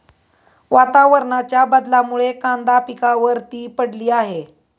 वातावरणाच्या बदलामुळे कांदा पिकावर ती पडली आहे